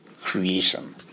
creation